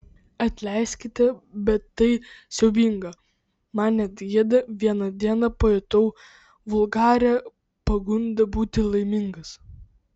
atleiskite bet tai siaubinga man net gėda vieną dieną pajutau vulgarią pagundą būti laimingas